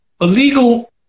Illegal